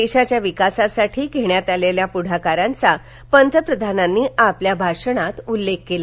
देशाच्या विकासासाठी घेण्यात आलेल्या पुढाकरांचा पंतप्रधानांनी आपल्या भाषणात उल्लेख केला